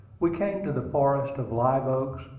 we came to the forest of live-oaks,